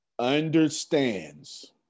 understands